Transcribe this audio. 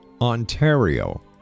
Ontario